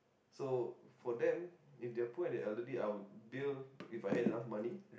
so for them if they are poor and they are elderly I would build if I had enough money